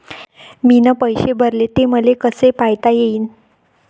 मीन पैसे भरले, ते मले कसे पायता येईन?